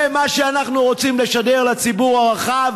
זה מה שאנחנו רוצים לשדר לציבור הרחב?